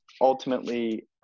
ultimately